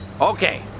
Okay